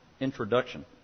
introduction